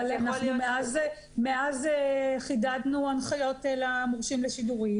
אבל מאז חידדנו הנחיות למורשים לשידורים.